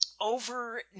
over